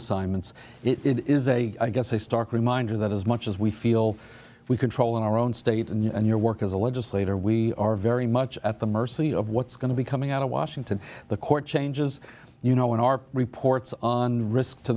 assignments it is a i guess a stark reminder that as much as we feel we control our own state and your work as a legislator we are very much at the mercy of what's going to be coming out of washington the chord changes you know when our reports on risk to